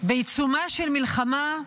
בעיצומה של מלחמה,